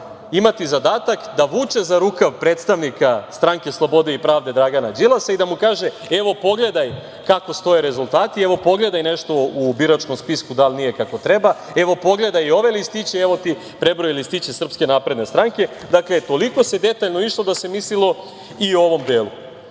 imati zadatak da vuče za rukav predstavnika Stranke slobode i pravde Dragana Đilasa i da mu kaže – evo, pogledaj kako stoje rezultati, evo pogledaj nešto u biračkom spisku da li nije kako treba, evo pogledaj i ove listiće, evo ti prebroj listiće SNS.Dakle, toliko se detaljno išlo da se mislilo i o ovom